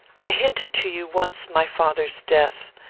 i hinted to you once my father's death.